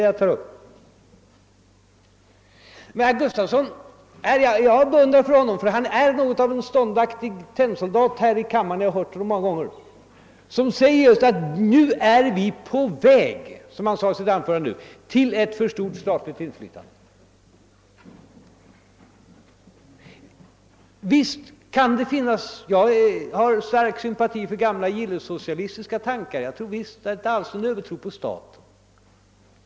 Jag har beundrat herr Gustafson i Göteborg för att han är något av en ståndaktig tennsoldat här i kammaren — jag har lyssnat på honom många gånger — som alltid säger att nu är vi på väg mot ett för stort statligt inflytande. Jag har också själv stark sympati för gamla gillessocialistiska tankar, och jag har inte alls någon övertro på staten.